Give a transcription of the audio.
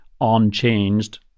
unchanged